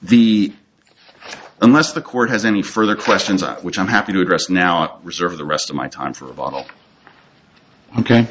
the unless the court has any further questions at which i'm happy to address now i reserve the rest of my time for a volatile ok